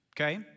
Okay